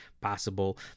possible